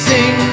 Sing